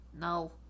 No